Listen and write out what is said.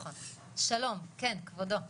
שלום כן, כבודו.